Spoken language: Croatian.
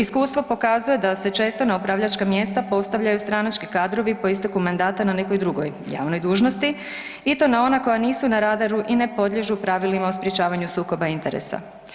Iskustvo pokazuje da se često na upravljačka mjesta postavljaju stranački kadrovi po isteku mandata na nekoj drugoj javnoj dužnosti i to na ona koja nisu na radaru i ne podliježu pravilima o sprječavanju sukoba interesa.